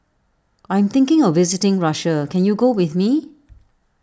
I am thinking of visiting Russia can you go with me